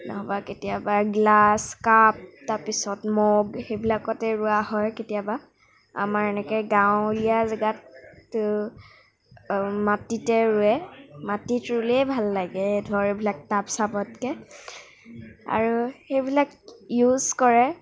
নহবা কেতিয়াবা glass cup তাৰ পিছত মগ সেইবিলাকতে ৰোৱা হয় কেতিয়াবা আমাৰ এনেকে গাঁৱলীয়া জেগাত মাটিতে ৰুৱে মাটিত ৰুলেই ভাল লাগে ধৰ এইবিলাক টাব চাবতকে আৰু সেইবিলাক ইউজ কৰে